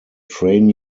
train